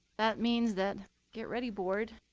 that means that get ready, board.